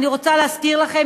אני רוצה להזכיר לכם,